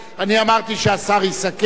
אני אמרתי שהשר יסכם,